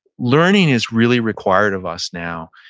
learning is really required of us now.